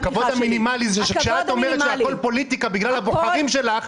הכבוד המינימלי זה שכשאת אומרת שהכול פוליטיקה בגלל הבוחרים שלך,